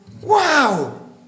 Wow